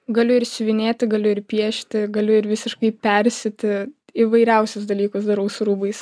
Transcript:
galiu ir siuvinėti galiu ir piešti galiu ir visiškai persiūti įvairiausius dalykus darau su rūbais